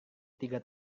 tiga